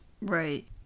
Right